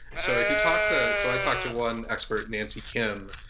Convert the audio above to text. so if you talk to so i talked to one expert, nancy kim,